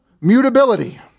mutability